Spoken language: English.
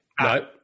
No